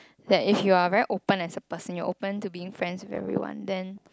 that if you're very open as a person you're open to being friends with everyone then